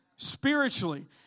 spiritually